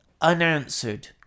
unanswered